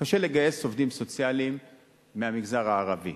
קשה לגייס עובדים סוציאליים מהמגזר הערבי,